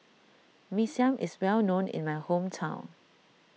Mee Siam is well known in my hometown